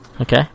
Okay